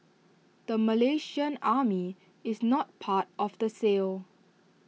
the Malaysian army is not part of the sale